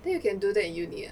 then you can do that in uni [what]